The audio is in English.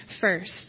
first